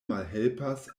malhelpas